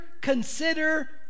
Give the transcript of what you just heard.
consider